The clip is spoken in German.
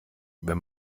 wenn